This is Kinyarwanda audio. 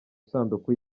isanduku